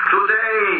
Today